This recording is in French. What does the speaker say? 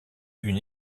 une